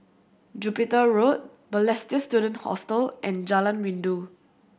Jupiter Road Balestier Student Hostel and Jalan Rindu